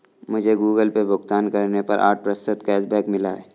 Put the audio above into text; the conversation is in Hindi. मुझे गूगल पे भुगतान करने पर आठ प्रतिशत कैशबैक मिला है